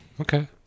Okay